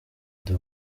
ndi